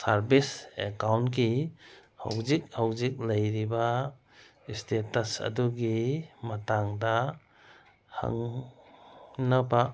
service ꯑꯦꯀꯥꯎꯟꯀꯤ ꯍꯧꯖꯤꯛ ꯍꯧꯖꯤꯛ ꯂꯩꯔꯤꯕ ꯁ꯭ꯇꯦꯇꯁ ꯑꯗꯨꯒꯤ ꯃꯇꯥꯡꯗ ꯍꯪꯅꯕ